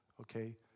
Okay